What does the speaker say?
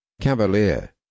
Cavalier